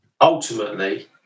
ultimately